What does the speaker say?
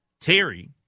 Terry